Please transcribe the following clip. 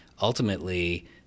ultimately